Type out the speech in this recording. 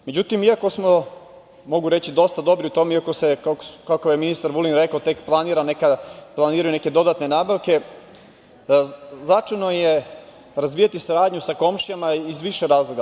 Međutim, iako smo, mogu reći, dosta dobri u tome, iako se kako je ministar Vulin rekao, tek planiraju neke dodatne nabavke značajno je razvijati saradnju sa komšijama iz više razloga.